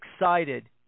excited